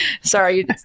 Sorry